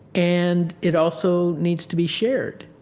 and it also needs to be shared.